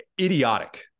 idiotic